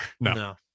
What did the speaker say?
No